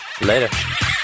later